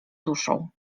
duszą